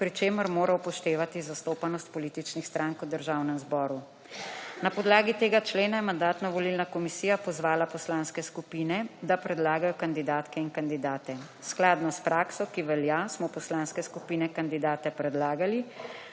pri čemer mora upoštevati zastopanost političnih strank v Državnem zboru. Na podlagi tega člena je Mandatno-volilna komisija pozvala poslanske skupine, da predlagajo kandidatke in kandidate. Skladno s prakso, ki velja smo poslanske skupine kandidate predlagali,